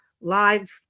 live